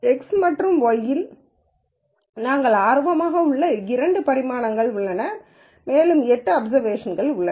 X மற்றும் y இல் நாங்கள் ஆர்வமாக உள்ள இரண்டு பரிமாணங்கள் உள்ளன மேலும் எட்டு அப்சர்வேஷன்கள் உள்ளன